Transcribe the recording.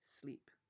sleep